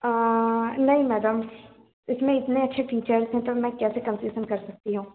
नहीं मैडम इसमें इतने अच्छे फ़ीचर्स हैं तो मैं कैसे कंसेशन कर सकती हूँ